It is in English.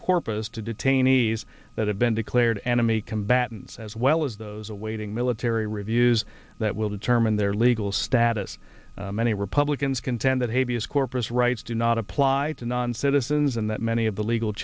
corpus to detainees that have been declared enemy combatants as well as those awaiting military reviews that will determine their legal status many republicans contend that habeas corpus rights do not apply to non citizens and that many of the legal